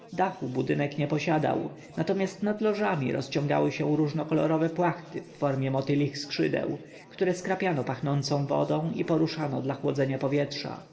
dachu budynek nie posiadał natomiast nad lożami rozciągały się różnokolorowe płachty w formie motylich skrzydeł które skrapiano pachnącą wodą i poruszano dla chłodzenia powietrza